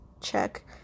check